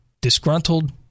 disgruntled